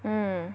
mm